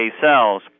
cells